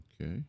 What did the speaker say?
Okay